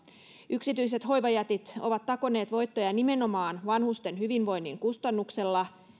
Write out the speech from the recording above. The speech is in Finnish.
yksityiset hoivajätit ovat takoneet voittoja nimenomaan vanhusten hyvinvoinnin kustannuksella